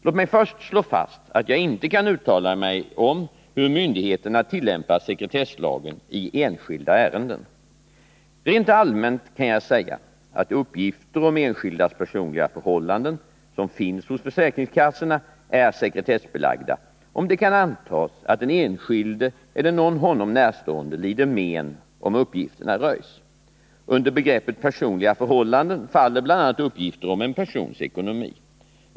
Låt mig först slå fast att jag inte kan uttala mig om hur myndigheterna tillämpar sekretresslagen i enskilda ärenden. Rent allmänt kan jag säga att uppgifter om enskildas personliga förhållanden som finns hos försäkringskassorna är sekretessbelagda, om det kan antas att den enskilde eller någon honom närstående lider men om uppgifterna röjs. Under begreppet personliga förhållanden faller bl.a. uppgifter om en persons ekonomi.